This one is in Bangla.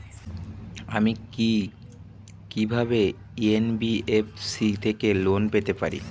আমি কি কিভাবে এন.বি.এফ.সি থেকে লোন পেতে পারি?